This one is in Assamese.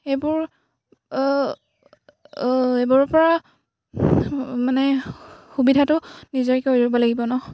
এইবোৰ এইবোৰৰ পৰা মানে সুবিধাটো নিজেই কৰি ল'ব লাগিব নহ্